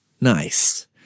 Nice